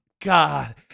God